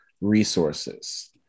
resources